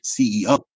CEO